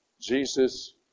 Jesus